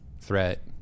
threat